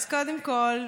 אז קודם כול,